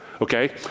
okay